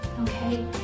Okay